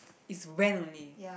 it's when only